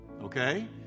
okay